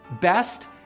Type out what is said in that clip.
Best